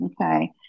okay